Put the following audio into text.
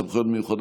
של סגן השר יברקן,